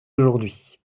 aujourd’hui